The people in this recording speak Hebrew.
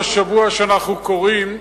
לא שמתי לב שאתה על הדוכן.